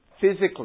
physically